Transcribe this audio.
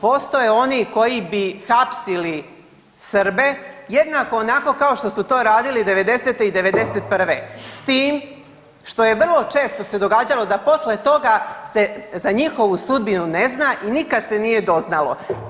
Postoje oni koji bi hapsili Srbe jednako onako kao što su to radili '90.-te i '91., s tim što je vrlo često se događalo da poslije toga se za njihovu sudbinu ne zna i nikad se nije doznalo.